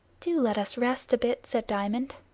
do let us rest a bit, said diamond.